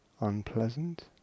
unpleasant